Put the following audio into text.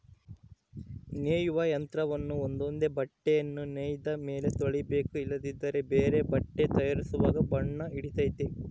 ನೇಯುವ ಯಂತ್ರವನ್ನ ಒಂದೊಂದೇ ಬಟ್ಟೆಯನ್ನು ನೇಯ್ದ ಮೇಲೆ ತೊಳಿಬೇಕು ಇಲ್ಲದಿದ್ದರೆ ಬೇರೆ ಬಟ್ಟೆ ತಯಾರಿಸುವಾಗ ಬಣ್ಣ ಹಿಡಿತತೆ